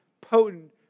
potent